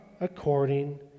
according